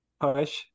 push